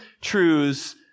truths